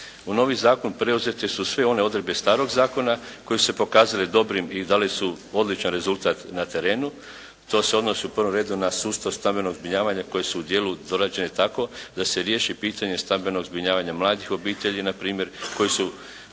U novi Zakon preuzete su sve one odredbe starog zakona koje su se pokazale dobrim i dale su odličan rezultat na terenu, to se odnosi u prvom redu na sustav stambenog zbrinjavanja koje su u dijelu dorađene tako da se riješi pitanje stambenog zbrinjavanja mladih obitelji na primjer koji su